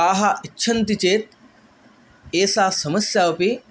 ताः इच्छन्ति चेत् एषा समस्या अपि